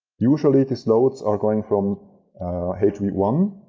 usually these loads are going from h v one,